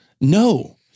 no